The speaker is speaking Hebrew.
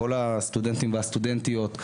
כל הסטודנטים והסטודנטיות,